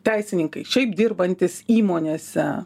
teisininkai šiaip dirbantys įmonėse